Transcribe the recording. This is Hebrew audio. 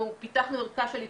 אנחנו פיתחנו ערכה של איתור,